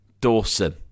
Dawson